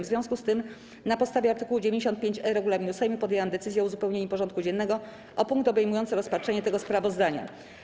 W związku z tym, na podstawie art. 95e regulaminu Sejmu, podjęłam decyzję o uzupełnieniu porządku dziennego o punkt obejmujący rozpatrzenie tego sprawozdania.